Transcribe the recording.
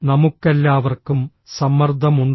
നമുക്കെല്ലാവർക്കും സമ്മർദ്ദമുണ്ടോ